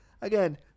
Again